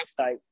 website